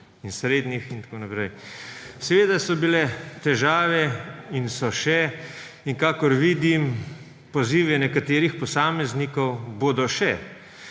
in srednjih in tako naprej. Seveda so bile težave in so še in kakor vidim, pozivi nekaterih posameznikov bodo še,